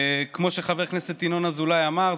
כמו שחבר הכנסת ינון אזולאי אמר,